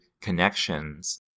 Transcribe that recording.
connections